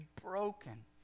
broken